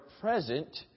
present